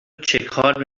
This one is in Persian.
چیکار